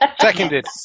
Seconded